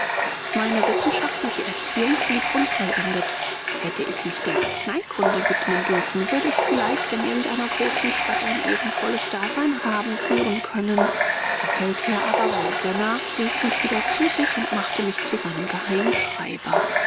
meine wissenschaftliche erziehung blieb unvollendet hätte ich mich der arzneikunde widmen dürfen würde ich vielleicht in irgend einer großen stadt ein ehrenvolles dasein haben führen können der feldherr aber mein gönner rief mich wieder zu sich und machte mich zu seinem